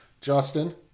Justin